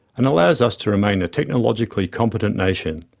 and allows us to remain a technologically competent nation.